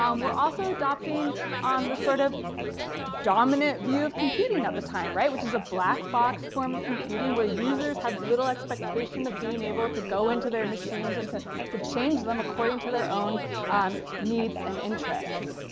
um we're also adopting um the sort of dominant view of computing at the time. right? which is a black box form of computing where users have little expectation of being able to go into their machines and to change them according to their own needs and interests.